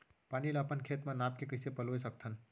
पानी ला अपन खेत म नाप के कइसे पलोय सकथन?